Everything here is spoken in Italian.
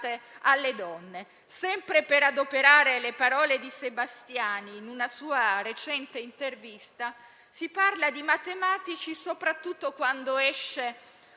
alle donne. Sempre per adoperare le parole di Sebastiani in una sua recente intervista, si parla di matematici soprattutto quando esce